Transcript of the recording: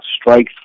strike